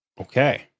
Okay